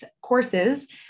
courses